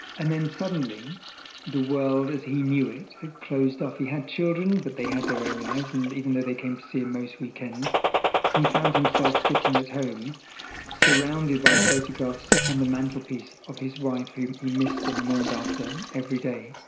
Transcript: and then suddenly the world as he knew it had closed off. he had children but they had their own lives, and even though they came to see him most weekends he found himself sitting at home surrounded by photographs on the mantelpiece of his wife whom he missed and mourned after every day.